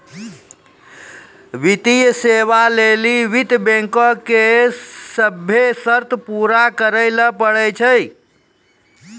वित्तीय सेवा लै लेली वित्त बैंको के सभ्भे शर्त पूरा करै ल पड़ै छै